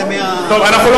אנחנו